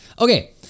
okay